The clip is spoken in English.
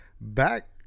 Back